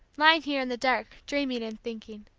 lying here in the dark dreaming and thinking.